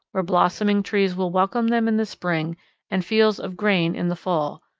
where blossoming trees will welcome them in the spring and fields of grain in the fall,